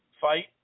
fight